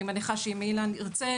אני מניחה שאם אילן ירצה,